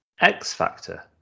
X-Factor